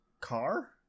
car